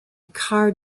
car